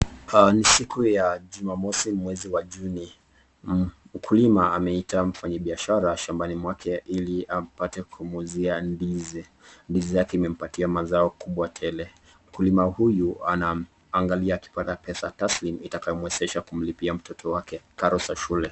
ni siku ya Jumamosi mwezi wa Juni. Mkulima ameita mfanyibiashara shambani mwake ili apate kumuzia ndizi. Ndizi zake zimempatia mazao kubwa tele. Mkulima huyu anaangalia akipata pesa taslim itakayomwezesha kumlipia mtoto wake karo za shule.